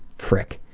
frick.